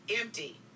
empty